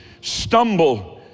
stumble